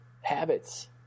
habits